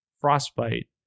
frostbite